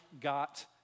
got